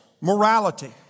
morality